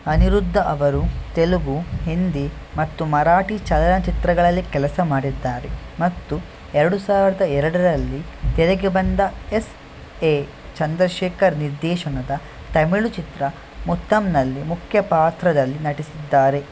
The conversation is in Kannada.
ಅನಿರುದ್ಧ ಅವರು ತೆಲುಗು ಹಿಂದಿ ಮತ್ತು ಮರಾಠಿ ಚಲನಚಿತ್ರಗಳಲ್ಲಿ ಕೆಲಸ ಮಾಡಿದ್ದಾರೆ ಮತ್ತು ಎರಡು ಸಾವಿರದ ಎರಡರಲ್ಲಿ ತೆರೆಗೆ ಬಂದ ಎಸ್ ಎ ಚಂದ್ರಶೇಖರ್ ನಿರ್ದೇಶನದ ತಮಿಳು ಚಿತ್ರ ಮುಥಮ್ ನಲ್ಲಿ ಮುಖ್ಯ ಪಾತ್ರದಲ್ಲಿ ನಟಿಸಿದ್ದಾರೆ